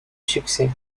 succès